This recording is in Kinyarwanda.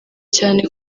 cyane